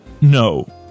no